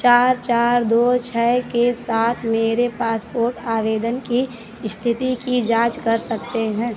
चार चार दो छः के साथ मेरे पासपोर्ट आवेदन की स्थिति की जांच कर सकते हैं